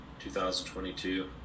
2022